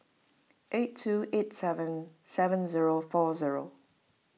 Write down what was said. eight two eight seven seven zero four zero